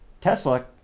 Tesla